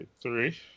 Three